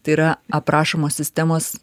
tai yra aprašomos sistemos